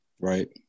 Right